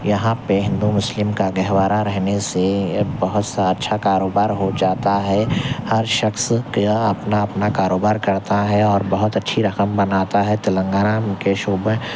یہاں پہ ہندو مسلم کا گہوارہ رہنے سے بہت سا اچھا کاروبار ہو جاتا ہے ہر شخص کا اپنا اپنا کاروبار کرتا ہے اور بہت اچھی رقم بناتا ہے تلنگانہ کے شعبہ